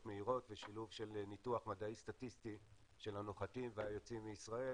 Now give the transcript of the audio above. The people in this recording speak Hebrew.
מהירות ושילוב של ניתוח מדעי סטטיסטי של הנוחתים והיוצאים מישראל,